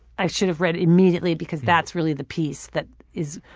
i should have read immediately because that's really the piece that is